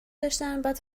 داشتن، بعد